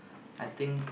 I think